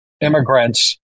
immigrants